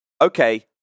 okay